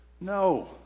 No